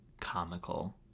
comical